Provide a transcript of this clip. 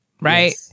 right